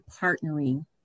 partnering